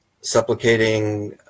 supplicating